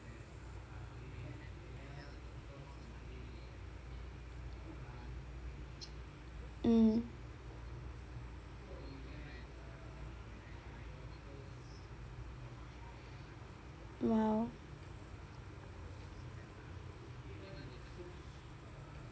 mm !wow!